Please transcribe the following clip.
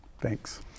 Thanks